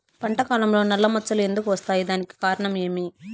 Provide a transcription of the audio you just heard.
పంట కాలంలో నల్ల మచ్చలు ఎందుకు వస్తాయి? దానికి కారణం ఏమి?